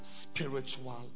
spiritual